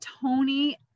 Tony